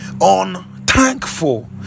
Unthankful